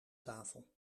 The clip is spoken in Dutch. tafel